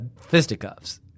fisticuffs